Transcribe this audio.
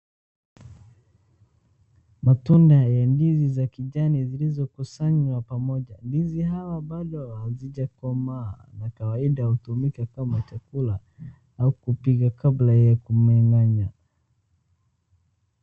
Matunda ya ndizi za kijani zilizokusanywa pamoja, ndizi hawa bado hazijakomaa na kawaida hutumika kama chakula au kupika kabla ya kumenanya.